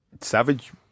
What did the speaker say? savage